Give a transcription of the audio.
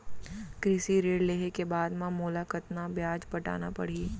कृषि ऋण लेहे के बाद म मोला कतना ब्याज पटाना पड़ही?